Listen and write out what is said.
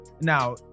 Now